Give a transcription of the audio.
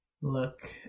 look